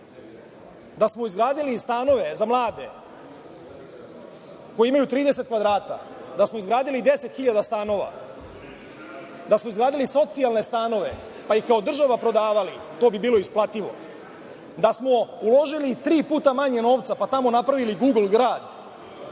smo izgradili stanove za mlade koji imaju 30 kvadrata, da smo izgradili 10 hiljada stanova, da smo izgradili socijalne stanove pa ih kao država prodavali, to bi bilo isplativo. Da smo uložili tri puta manje novca, pa tamo napravili Gugl grad,